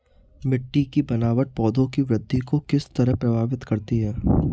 मिटटी की बनावट पौधों की वृद्धि को किस तरह प्रभावित करती है?